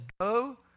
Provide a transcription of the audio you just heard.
go